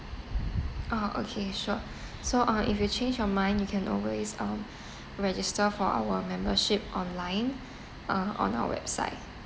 uh okay sure so uh if you change your mind you can always um register for our membership online um on our website